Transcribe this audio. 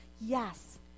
yes